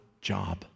job